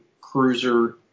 cruiser